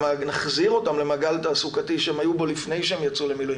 נחזיר אותם למעגל התעסוקתי שהם היו בו לפני שהם יצאו למילואים,